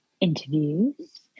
interviews